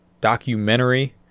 documentary